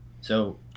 so-